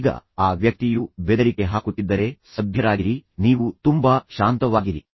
ಈಗ ಆ ವ್ಯಕ್ತಿಯು ಬೆದರಿಕೆ ಹಾಕುತ್ತಿದ್ದರೆ ಸಭ್ಯರಾಗಿರಿ ನೀವು ತುಂಬಾ ಶಾಂತವಾಗಿರಿ